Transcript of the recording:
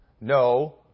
no